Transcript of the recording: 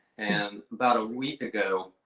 and about a week ago